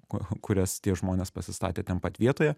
kurias tie žmonės pasistatė ten pat vietoje